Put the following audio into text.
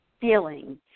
feeling